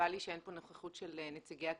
חבל לי שאין פה נוכחות של נציגי הקשישים.